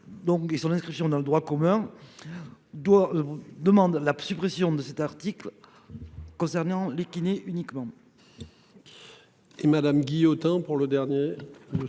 son inscription dans le droit commun. Doit demande la suppression de cet article. Concernant les kinés uniquement.